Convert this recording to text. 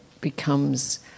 becomes